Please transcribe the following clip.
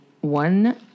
one